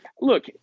Look